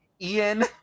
Ian